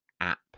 app